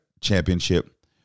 championship